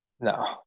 No